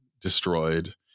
destroyed